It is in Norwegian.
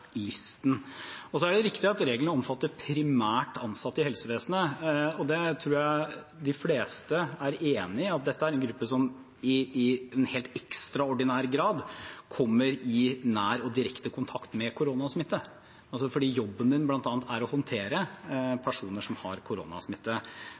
helsevesenet, og det tror jeg de fleste er enig i. Dette er en gruppe som i helt ekstraordinær grad kommer i nær og direkte kontakt med koronasmitte, fordi jobben er bl.a. å håndtere